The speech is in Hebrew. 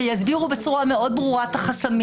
ויסבירו בצורה מאוד ברורה את החסמים.